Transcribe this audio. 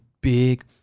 big